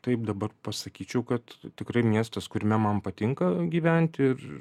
taip dabar pasakyčiau kad tikrai miestas kuriame man patinka gyventi ir